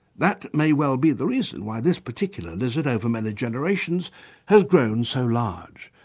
that may well be the reason why this particular lizard over many generations has grown so large.